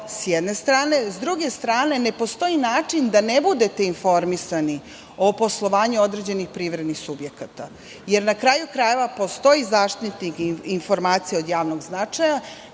sa jedne strane. Sa druge strane, ne postoji način da ne budete informisani o poslovanju određenih privrednih subjekata. Na kraju krajeva, postoji zaštitnik o informacijama od javnog značaja